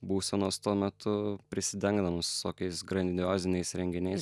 būsenos tuo metu prisidengdamas visokiais grandioziniais renginiais